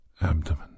abdomen